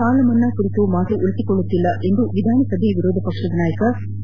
ಸಾಲಮನ್ವಾ ಕುರಿತು ಮಾತು ಉಳಿಸಿಕೊಳ್ದುತ್ತಿಲ್ಲ ಎಂದು ವಿಧಾನಸಭೆಯ ವಿರೋಧಪಕ್ಷದ ನಾಯಕ ಬಿ